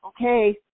okay